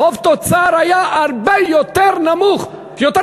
יחס חוב תוצר היה הרבה יותר גבוה.